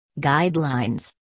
Guidelines